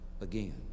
again